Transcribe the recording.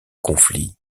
conflit